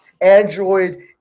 Android